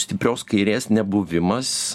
stiprios kairės nebuvimas